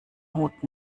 hut